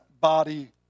body